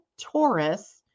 Taurus